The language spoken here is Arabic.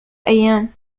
أيام